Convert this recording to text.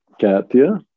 Katya